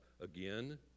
again